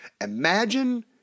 Imagine